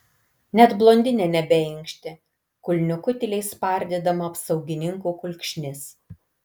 net blondinė nebeinkštė kulniuku tyliai spardydama apsaugininkų kulkšnis